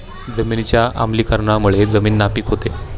जमिनीच्या आम्लीकरणामुळे जमीन नापीक होते